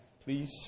please